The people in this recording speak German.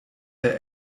der